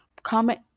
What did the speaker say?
comment